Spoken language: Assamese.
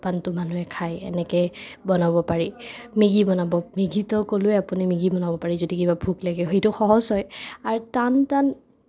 জলপানতো মানুহে খায় এনেকৈ বনাব পাৰি মেগি বনাব মেগিতো ক'লোয়েই আপুনি মেগি বনাব পাৰে যদি কিবা ভোক লাগে সেইটো সহজ হয় আৰু টান টান